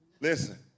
Listen